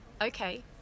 Okay